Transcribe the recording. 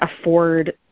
afford